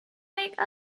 make